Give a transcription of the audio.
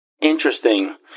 Interesting